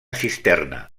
cisterna